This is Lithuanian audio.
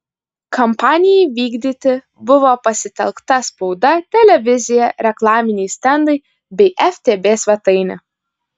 kampanijai vykdyti buvo pasitelkta spauda televizija reklaminiai stendai bei ftb svetainė